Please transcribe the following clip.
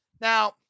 Now